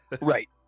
right